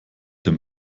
dem